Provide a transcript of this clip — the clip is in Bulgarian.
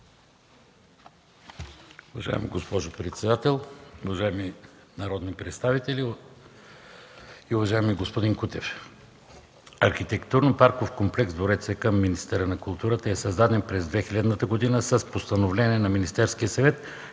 Уважаема госпожо председател, уважаеми народни представители, уважаеми господин Кутев! Архитектурно-парков комплекс „Двореца” към министъра на културата е създаден през 2000 г. с Постановление на Министерския съвет,